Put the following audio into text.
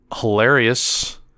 hilarious